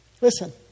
Listen